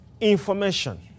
information